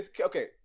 okay